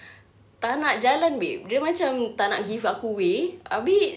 tak nak jalan babe dia macam tak nak give aku way habis